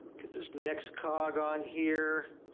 get this next cog on here,